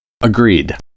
Agreed